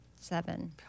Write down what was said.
seven